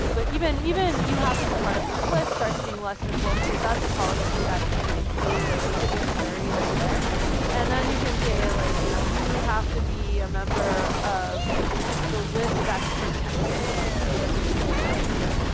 but even even you have to be part of this list, starts being less simple, because that's a policy that can include a database query right there and then, you can say, ah like you know you have to be a member of the list that's protected to see the protective list, or,